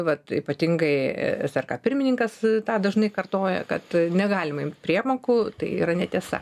vat ypatingai es er ka pirmininkas tą dažnai kartoja kad negalima imt priemokų tai yra netiesa